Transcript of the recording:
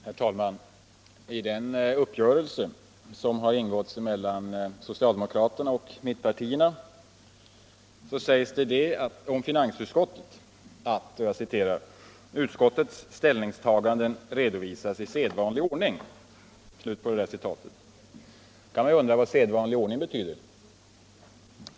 Herr talman! I den uppgörelse som har ingåtts mellan socialdemokraterna och mittpartierna sägs det om finansutskottet att ”utskottets ställningstaganden redovisas i sedvanlig ordning”. Då kan man undra vad ”sedvanlig ordning” betyder.